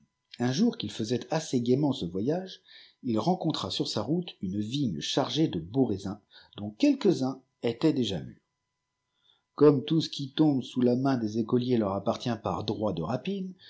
un jour qu'il faisait assez gaiment ce voyage il rencontra sur sa route une vigne chargée de beaux raisins dont quelques tins étaient déjà mûrs gomme tout ce qui tombe sous ja main des écoliers leur appartient par droit de rapine